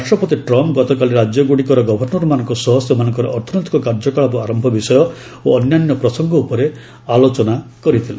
ରାଷ୍ଟ୍ରପତି ଟ୍ରମ୍ପ୍ ଗତକାଲି ରାଜ୍ୟଗୁଡ଼ିକର ଗଭର୍ଷରମାନଙ୍କ ସହ ସେମାନଙ୍କର ଅର୍ଥନୈତିକ କାର୍ଯ୍ୟକଳାପ ଆରମ୍ଭ ବିଷୟ ଓ ଅନ୍ୟାନ୍ୟ ପ୍ରସଙ୍ଗ ଉପରେ ଆଲୋଚନା କରିଥିଲେ